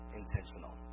intentional